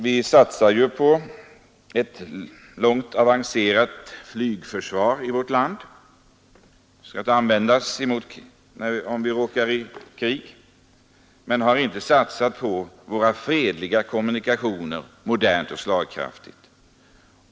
Vi satsar ju i vårt land på ett mycket avancerat flygförsvar att användas om vi råkar i krig, men vi har inte satsat tillräckligt på våra fredliga kommunikationer modernt och slagkraftigt.